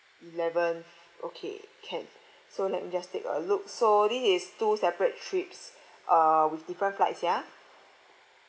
eleventh okay can so let me just take a look so this is two separate trips uh with different flights ya